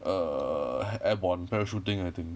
err airborne parachuting I think